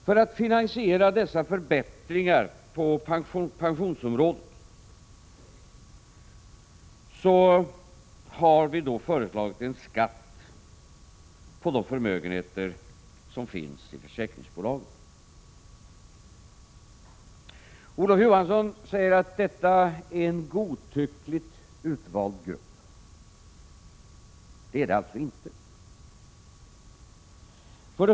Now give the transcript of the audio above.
För att finansiera dessa förbättringar på pensionsområdet har vi föreslagit en skatt på de förmögenheter som finns i försäkringsbolagen. Olof Johansson säger att detta är en godtyckligt utvald grupp. Det är det alltså inte.